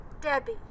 Debbie